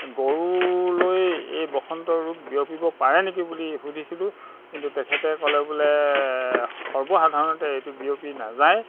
গৰুলৈ এই বসন্ত ৰোগ বিয়পিব পাৰে নেকি বুলি সুধিছিলোঁ কিন্তু তেখেতে ক'লে বোলে সৰ্বসাধাৰণতে এইটো বিয়পি নাযায়